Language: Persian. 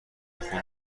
خون